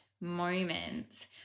moments